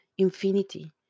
infinity